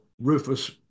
Rufus